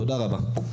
תודה רבה.